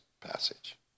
passage